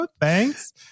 Thanks